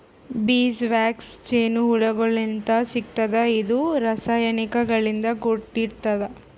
bees wax ಜೇನಹುಳಗೋಳಿಂತ್ ಸಿಗ್ತದ್ ಇದು ರಾಸಾಯನಿಕ್ ಗಳಿಂದ್ ಕೂಡಿರ್ತದ